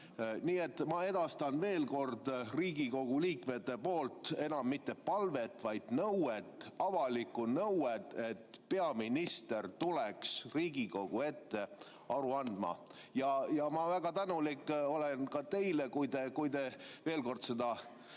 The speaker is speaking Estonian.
ma edastan veel kord Riigikogu liikmete poolt enam mitte palve, vaid nõude, avaliku nõude, et peaminister tuleks Riigikogu ette aru andma. Ja ma olen väga tänulik teile, kui te veel kord selle